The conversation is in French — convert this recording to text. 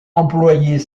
employait